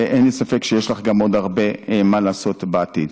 אין לי ספק שיש לך גם עוד הרבה מה לעשות בעתיד.